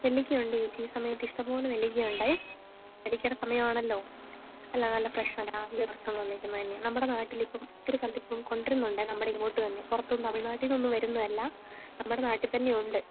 നെല്ലിക്ക ഉണ്ട് ചേച്ചി ഈ സമയത്തിഷ്ടം പോലെ നെല്ലിക്ക ഉണ്ട് നെല്ലിക്കയുടെ സമയം ആണല്ലോ അല്ല നല്ല ഫ്രഷാണ് രാവിലെ പറിച്ചുകൊണ്ടു വന്നേക്കുന്നത് തന്നെയാണ് നമ്മുടെ നാട്ടിലിപ്പം ഒത്തിരി സ്ഥലത്തിപ്പം കൊണ്ടുവരുന്നുണ്ട് നമ്മുടെ ഇങ്ങോട്ട് തന്നെ പുറത്ത് തമിഴ്നാട്ടിൽ നിന്നൊന്നും വരുന്നതല്ല നമ്മുടെ നാട്ടിൽ തന്നെയുണ്ട്